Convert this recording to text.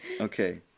Okay